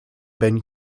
been